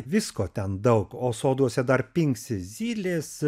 visko ten daug o soduose dar pinksi zylės